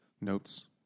notes